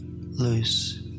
loose